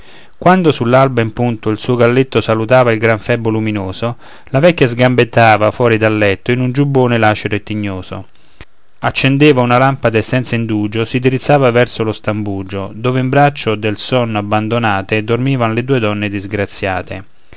quando sull'alba in punto il suo galletto salutava il gran febo luminoso la vecchia sgambettava fuor del letto in un giubbone lacero e tignoso accendeva una lampa e senza indugio si dirizzava verso lo stambugio dove in braccio del sonno abbandonate dormivan le due donne disgraziate